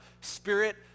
spirit